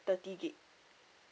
thirty gig